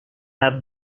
have